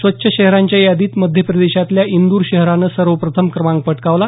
स्वच्छ शहरांच्या यादीत मध्यप्रदेशातल्या इंदर शहरानं सर्वप्रथम क्रमांक पटकावला